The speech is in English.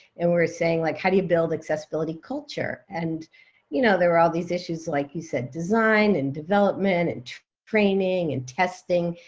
and we were saying, like how do you build accessibility culture? and you know there were all these issues, like you said design and development and training and testing.